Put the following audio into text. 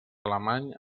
alemany